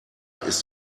ist